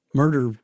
murder